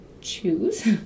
choose